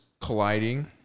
colliding